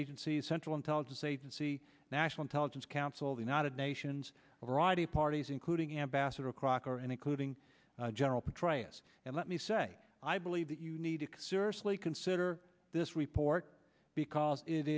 agency central intelligence agency national intelligence council the united nations a variety of parties including ambassador crocker and including general petraeus and let me say i believe that you need to seriously consider this report because it